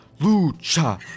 Lucha